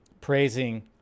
praising